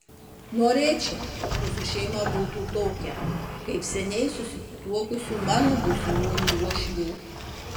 norėčiau kad mūsų šeima būtų tokia kaip seniai susituokusių mano būsimųjų uošvių